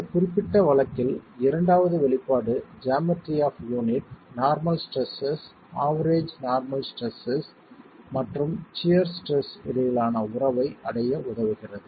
இந்த குறிப்பிட்ட வழக்கில் இரண்டாவது வெளிப்பாடு geometry of unit normal stresses average normal stresses மற்றும் சியர் ஸ்ட்ரெஸ் இடையிலான உறவை அடைய உதவுகிறது